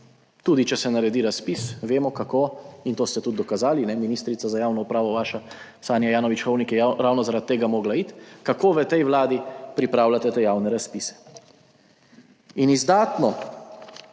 Tudi če se naredi razpis, vemo kako in to ste tudi dokazali. Ministrica za javno upravo, vaša Sanja Ajanović Hovnik je ravno, zaradi tega morala iti. Kako v tej Vladi pripravljate te javne razpise. Izdatno